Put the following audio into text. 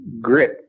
grit